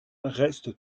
reste